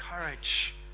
courage